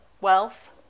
wealth